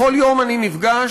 בכל יום אני נפגש,